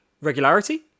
regularity